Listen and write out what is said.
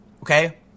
Okay